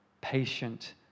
patient